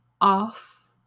off